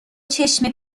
چشم